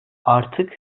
artık